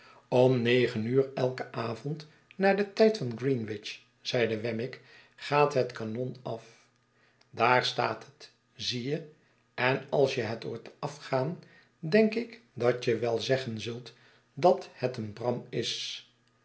om negen uur elken avond naar den tijd van greenwich zeide wemmick gaat het kanon af daar staat het zie je en als je het hoort afgaan denk ik dat je wel zeggen zult dat het een bram is